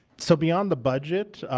so beyond the budget,